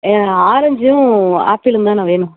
ஆரஞ்சும் ஆப்பிளுந்தாண்ணா வேணும்